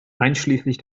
einschließlich